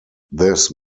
this